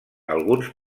alguns